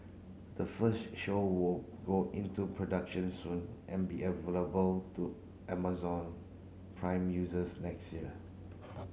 the first show will go into production soon and be available to Amazon Prime users next year